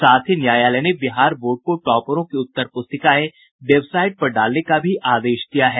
साथ ही न्यायालय ने बिहार बोर्ड को टॉपरों की उत्तर पुस्तिकाएं वेबसाईट पर डालने का भी आदेश दिया है